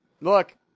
look